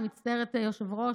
אני מצטערת, היושב-ראש,